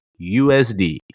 usd